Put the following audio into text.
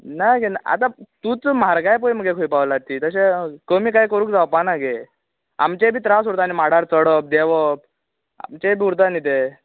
ना गे आता तूंच मारगाय पळय मगे खंय पावला ती तशें कमी कांय करूंक जावपा ना गे आमचेंय बी त्रास आसा नू माडार चडप देंवप तेंच उरता नी ते